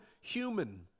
human